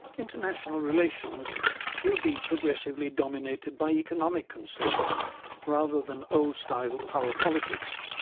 international relations will be progressively dominated by economic concerns rather than old style power politics,